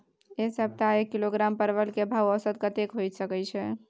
ऐ सप्ताह एक किलोग्राम परवल के भाव औसत कतेक होय सके छै?